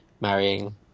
marrying